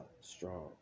strong